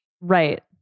Right